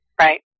right